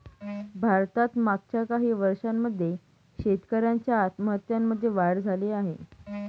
भारतात मागच्या काही वर्षांमध्ये शेतकऱ्यांच्या आत्महत्यांमध्ये वाढ झाली आहे